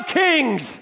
kings